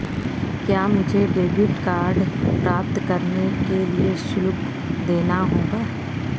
क्या मुझे debit card प्राप्त करने के लिए शुल्क देना होगा?